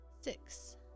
six